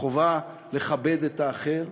החובה לכבד את האחר,